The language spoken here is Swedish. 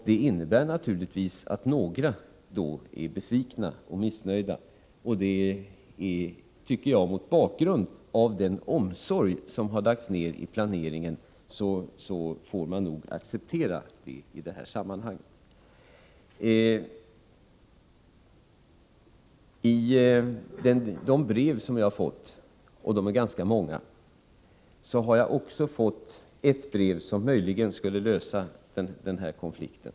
Det innebär naturligtvis att några har blivit besvikna och missnöjda, men mot bakgrund av den omsorg som lagts ner på planeringen tycker jag nog att man får acceptera detta. Bland de brev som jag har fått i den här frågan — och de är ganska många — finns ett som innehåller ett förslag som möjligen skulle kunna lösa den här konflikten.